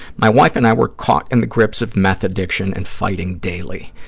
my wife and i were caught in the grips of meth addiction and fighting daily.